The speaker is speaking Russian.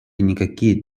никакие